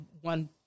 one